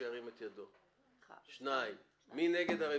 מי נגד?